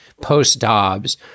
post-Dobbs